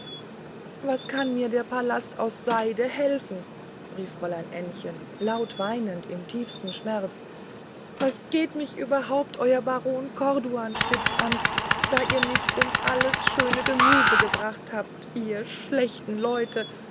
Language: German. was kann mir der palast aus seide helfen rief fräulein ännchen laut weinend im tiefsten schmerz was geht mich überhaupt euer baron corduanspitz an da ihr mich um alles schöne gemüse gebracht habt ihr schlechten leute